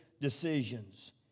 decisions